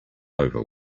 over